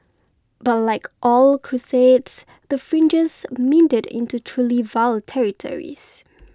but like all crusades the fringes meandered into truly vile territories